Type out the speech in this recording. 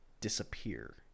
disappear